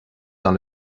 dans